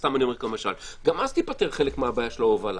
סתם אני אומר כמשל גם אז תיפתר חלק מהבעיה של ההובלה.